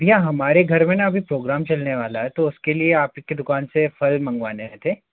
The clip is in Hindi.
भैया हमारे घर में ना अभी प्रोग्राम चलने वाला है तो उसके लिए आप ही की दुकान से फल मँगवाने थे